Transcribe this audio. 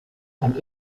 and